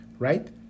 Right